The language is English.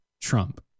Trump